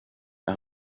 jag